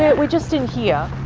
but we're just in here.